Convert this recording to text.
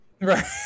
right